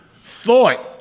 thought